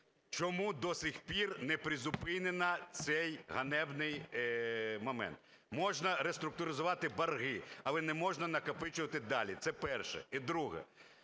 Чому до сих пір не призупинений цей ганебний момент? Можна рестуктуризувати борги, але не можна накопичувати далі. Це перше. І друге.